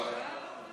לא.